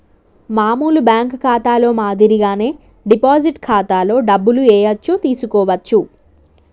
మామూలు బ్యేంకు ఖాతాలో మాదిరిగానే డిపాజిట్ ఖాతాలో డబ్బులు ఏయచ్చు తీసుకోవచ్చు